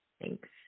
Thanks